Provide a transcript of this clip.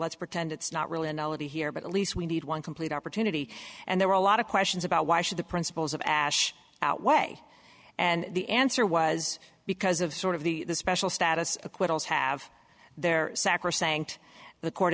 let's pretend it's not really an elegy here but at least we need one complete opportunity and there were a lot of questions about why should the principles of ash outweigh and the answer was because of sort of the special status acquittals have their sacrosanct the court